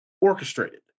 orchestrated